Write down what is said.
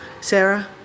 Sarah